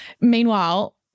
Meanwhile